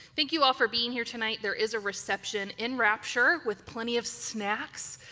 thank you all for being here tonight, there is a reception in rapture with plenty of snacks.